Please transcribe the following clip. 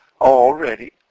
already